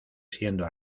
siendo